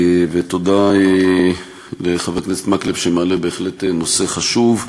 ותודה לחבר הכנסת מקלב שמעלה בהחלט נושא חשוב.